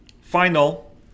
final